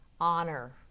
honor